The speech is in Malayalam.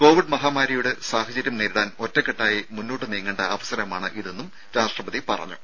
കോവിഡ് മഹാമാരിയുടെ സാഹചര്യം നേരിടാൻ ഒറ്റക്കെട്ടായി മുന്നോട്ട് നീങ്ങേണ്ട അവസരമാണ് ഇതെന്നും രാഷ്ട്രപതി പറഞ്ഞു